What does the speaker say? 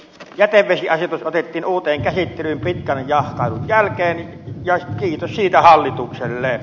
jätevesiasetus otettiin uuteen käsittelyyn pitkän jahkailun jälkeen ja kiitos siitä hallitukselle